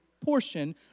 portion